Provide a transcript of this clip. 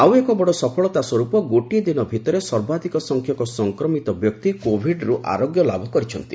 ଆଉ ଏକ ବଡ଼ ସଫଳତା ସ୍ୱରୂପ ଗୋଟିଏ ଦିନ ଭିତରେ ସର୍ବାଧିକ ସଂଖ୍ୟକ ସଂକ୍ରମିତ ବ୍ୟକ୍ତି କୋଭିଡ୍ରୁ ଆରୋଗ୍ୟ ଲାଭ କରିଛନ୍ତି